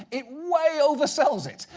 it way oversells it,